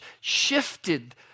shifted